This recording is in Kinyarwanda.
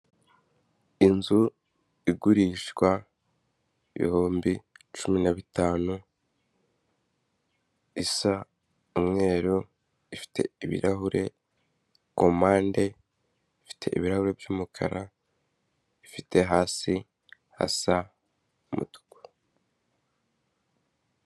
Inzu igurishwa ibihumbi cumi na bitanu isa umweru ifite ibirahure kumpande ifite ibirahuri by'umukara ifite hasi hasa umutuku.